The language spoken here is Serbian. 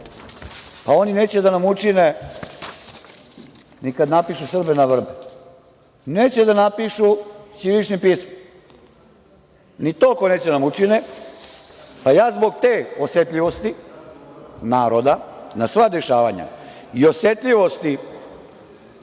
oni neće da nam učine ni kad napišu – Srbe na vrbe. Neće da napišu ćiriličnim pismom. Ni toliko neće da nam učine, pa ja zbog te osetljivosti naroda na sva dešavanja i osetljivosti